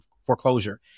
foreclosure